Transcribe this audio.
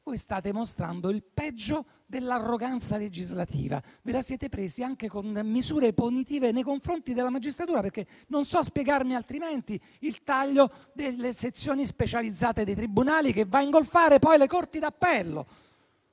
- state mostrando il peggio dell'arroganza legislativa. Ve la siete presa anche con misure punitive nei confronti della magistratura, perché non so spiegarmi altrimenti il taglio delle sezioni specializzate dei tribunali, che va a ingolfare poi le corti d'appello.